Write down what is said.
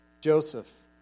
Joseph